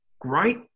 great